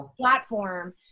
platform